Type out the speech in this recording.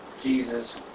Jesus